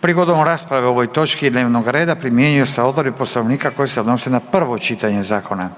Prigodom rasprave o ovoj točki dnevnog reda primjenjuju se odredbe Poslovnika koje se odnose na prvo čitanje zakona.